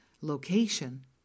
location